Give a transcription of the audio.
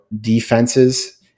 defenses